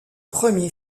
premier